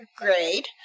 grade